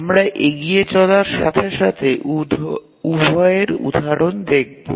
আমরা এগিয়ে চলার সাথে সাথে উভয়ের উদাহরণ দেখবো